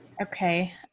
Okay